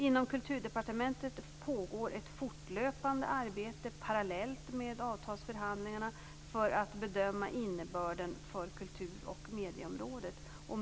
Inom Kulturdepartementet pågår ett fortlöpande arbete parallellt med avtalsförhandlingarna för att bedöma innebörden för kultur och medieområdet.